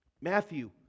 Matthew